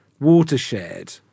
watershed